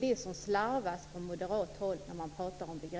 Där slarvas det från moderat håll.